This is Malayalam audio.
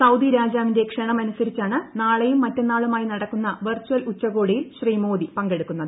സൌദി രാജാവിന്റെ ക്ഷണമനുസരിച്ചാണ് നാളെയും മറ്റന്നാളുമായി നടക്കുന്ന വെർച്ചൽ ഉച്ചകോടിയിൽ ശ്രീ മോദി പങ്കെടുക്കുന്നത്